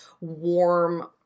warm